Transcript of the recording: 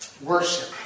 Worship